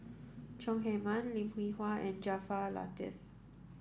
Chong Heman Lim Hwee Hua and Jaafar Latiff